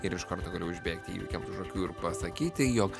ir iš karto galiu užbėgti įvykiam už akių ir pasakyti jog